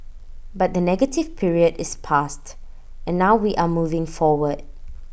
but the negative period is past and now we are moving forward